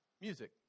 Music